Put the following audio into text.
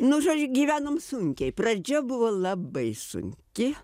nu žodžiu gyvenom sunkiai pradžia buvo labai sunki